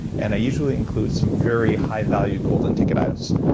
and i usually include some very high value golden ticket items,